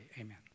Amen